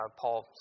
Paul